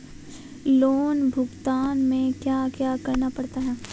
loan भुगतान में क्या क्या करना पड़ता है